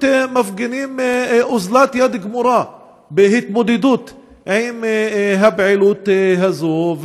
מפגינים אוזלת יד גמורה בהתמודדות עם הפעילות הזאת.